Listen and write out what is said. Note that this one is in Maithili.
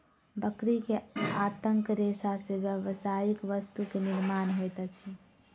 बकरी के आंतक रेशा से व्यावसायिक वस्तु के निर्माण होइत अछि